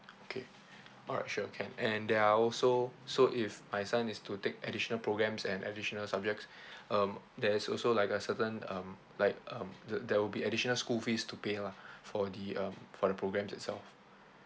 okay alright sure can and there're also so if my son is to take additional programs and additional subject um there's also like a certain um like um the~ there will be additional school fees to pay lah for the uh for the program itself